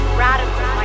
radical